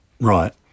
Right